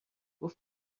گفت